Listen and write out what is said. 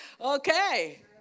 okay